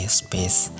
space